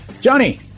Johnny